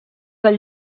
del